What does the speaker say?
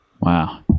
Wow